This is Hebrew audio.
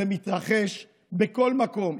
זה מתרחש בכל מקום,